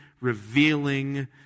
revealing